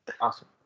Awesome